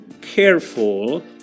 careful